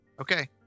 Okay